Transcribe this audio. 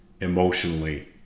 emotionally